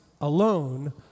alone